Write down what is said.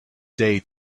day